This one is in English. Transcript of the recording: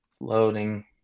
loading